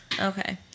Okay